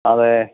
അതെ